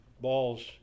balls